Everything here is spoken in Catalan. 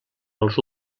els